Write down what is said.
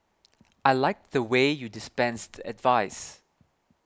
I like the way you dispensed advice